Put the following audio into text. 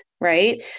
right